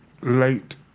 late